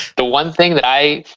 the one thing that i.